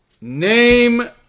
name